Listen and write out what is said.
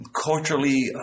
culturally